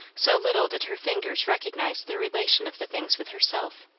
so little did her fingers recognise the relation of the things with herself.